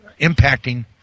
impacting